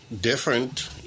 different